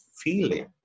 feeling